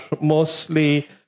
mostly